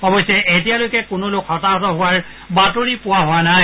অৱশ্যে এতিয়ালৈকে কোনো লোক হতাহত হোৱা বাতৰি পোৱা নাই